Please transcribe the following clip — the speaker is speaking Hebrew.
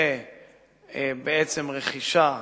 ובעצם רכישה